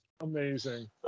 Amazing